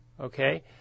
Okay